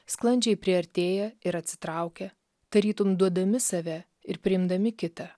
sklandžiai priartėja ir atsitraukia tarytum duodami save ir priimdami kitą